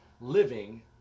living